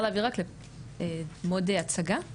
(הצגת מצגת)